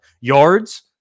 Yards